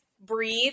breathe